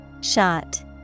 Shot